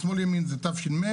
משמאל לימין זה תש"ם,